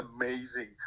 amazing